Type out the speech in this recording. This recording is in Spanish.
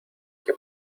que